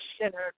center